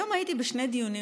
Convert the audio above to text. היום הייתי בשני דיונים,